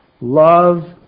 love